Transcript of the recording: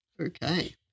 Okay